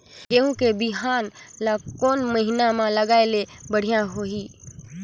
गहूं के बिहान ल कोने महीना म लगाय ले बढ़िया होही?